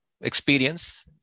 experience